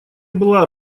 была